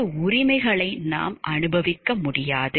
சில உரிமைகளை நாம் அனுபவிக்க முடியாது